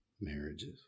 marriages